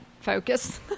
focus